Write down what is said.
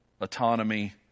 autonomy